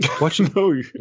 Watching